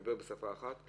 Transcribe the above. נדבר בשפה אחת.